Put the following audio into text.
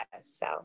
So-